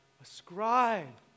Ascribe